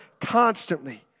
constantly